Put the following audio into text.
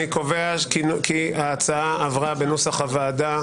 אני קובע כי ההצעה עברה בנוסח הוועדה